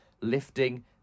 lifting